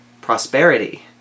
Prosperity